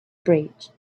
bridge